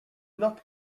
not